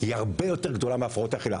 היא הרבה יותר גדולה מהפרעות אכילה.